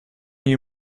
you